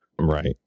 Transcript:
right